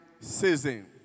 season